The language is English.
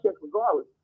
regardless